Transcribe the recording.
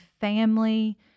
family